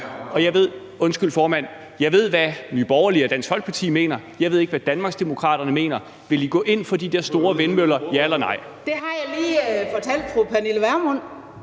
afslutning). Undskyld formand. Jeg ved, hvad Nye Borgerlige og Dansk Folkeparti mener, men jeg ved ikke, hvad Danmarksdemokraterne mener. Vil I gå ind for de der store vindmøller, ja eller nej? Kl. 11:50 Tredje næstformand